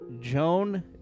Joan